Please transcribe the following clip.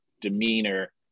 demeanor